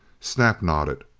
snap nodded.